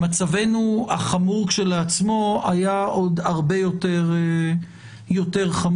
מצבנו החמור כשלעצמו היה עוד הרבה יותר חמור.